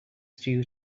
stew